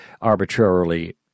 arbitrarily